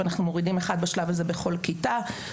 אנחנו מורידים אחד בשלב הזה בכל כיתה.